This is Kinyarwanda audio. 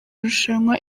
rushanwa